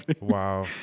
Wow